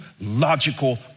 logical